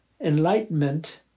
Enlightenment